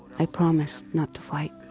i promise not to fight.